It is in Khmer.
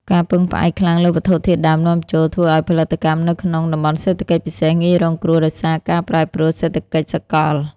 ការពឹងផ្អែកខ្លាំងលើវត្ថុធាតុដើមនាំចូល ធ្វើឱ្យផលិតកម្មនៅក្នុង តំបន់សេដ្ឋកិច្ចពិសេស ងាយរងគ្រោះដោយសារការប្រែប្រួលសេដ្ឋកិច្ចសកល។